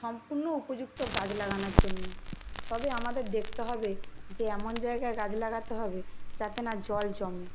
সম্পূর্ণ উপযুক্ত গাছ লাগানোর জন্য তবে আমাদের দেখতে হবে যে এমন জায়গায় গাছ লাগাতে হবে যাতে না জল জমে